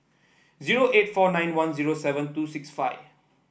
zero eight four nine one zero seven two six five